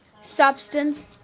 substance